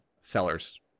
seller's